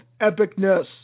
epicness